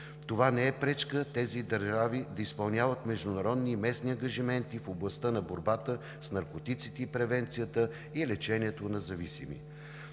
Това не е пречка тези държави да изпълняват международни и местни ангажименти в областта на борбата с наркотиците, превенцията и лечението на зависими.